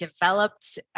developed